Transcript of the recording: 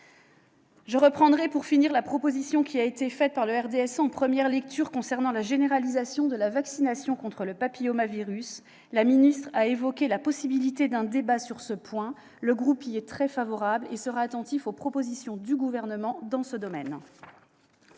Je rappelle, pour finir, la proposition qui a été faite par le groupe du RDSE en première lecture concernant la généralisation de la vaccination contre le papillomavirus- la ministre a évoqué la possibilité d'un débat sur ce point. Mon groupe y est très favorable et sera attentif aux propositions du Gouvernement dans ce domaine.